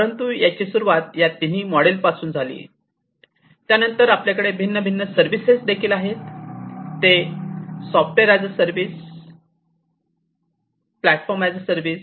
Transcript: परंतु याची सुरुवात या तिन्ही मॉडेलपासून झाली त्यानंतर आपल्याकडे भिन्न भिन्न सर्व्हिस आहेत ते ऍज अ सर्व्हिस हे ऍज अ सर्व्हिस